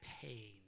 pain